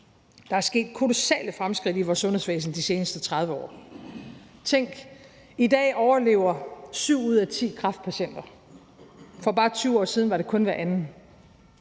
Der er sket kolossale fremskridt i vores sundhedsvæsen de seneste 30 år. Tænk, i dag overlever syv ud af ti kræftpatienter. For bare 20 år siden var det kun hver anden.